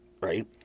Right